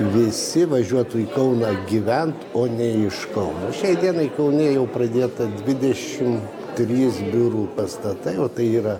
visi važiuotų į kauną gyvent o ne iš kauno šiai dienai kaune jau pradėta dvidešimt trys biurų pastatai o tai yra